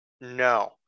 no